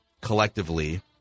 collectively